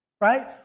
right